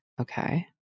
Okay